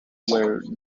where